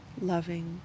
loving